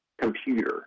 computer